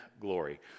glory